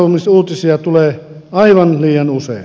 irtisanomisuutisia tulee aivan liian usein